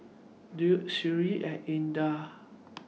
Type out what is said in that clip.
Daud Seri and Indah